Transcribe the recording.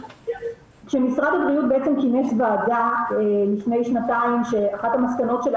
כשמשרד הבריאות כינס ועדה לפני שנתיים שאחת המסקנות שלה